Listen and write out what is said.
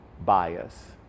bias